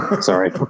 Sorry